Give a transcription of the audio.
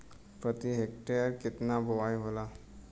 प्रति हेक्टेयर केतना बुआई होला?